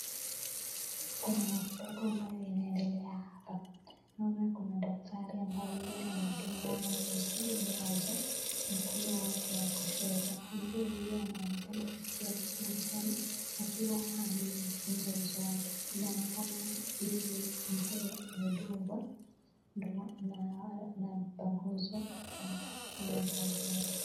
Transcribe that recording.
Kuna matibabu ambayo inaendelea hapa. Naona kuna daktari ambaye anadunga mzee mmoja mkono wake wa kushoto. Mzee huyu anaonekana kusikia uchungu sana akiwa amekunja uso wake. inaonekana huyu mzee amedungwa ndio anapanguswa na damu yake.